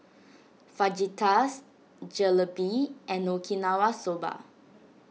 Fajitas Jalebi and Okinawa Soba